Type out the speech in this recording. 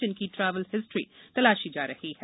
जिनकी travel history तलाशी जा रही है